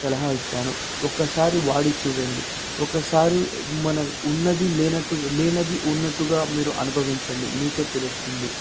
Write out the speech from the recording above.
సలహా ఇస్తాను ఒక్కసారి వాడి చూడండి ఒక్కసారి మనం ఉన్నది లేనట్టు లేనిది ఉన్నట్టుగా మీరు అనుభవించండి మీకు తెలుస్తుంది